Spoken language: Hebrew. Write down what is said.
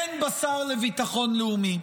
אין בה שר לביטחון לאומי?